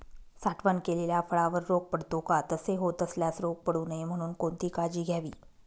साठवण केलेल्या फळावर रोग पडतो का? तसे होत असल्यास रोग पडू नये म्हणून कोणती काळजी घ्यावी?